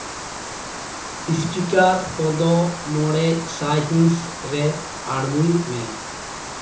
speaker ᱠᱚᱫᱚ ᱢᱚᱬᱮ ᱥᱟᱭ ᱦᱤᱸᱥ ᱨᱮ ᱟᱬᱜᱳᱭ ᱢᱮ